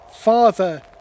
father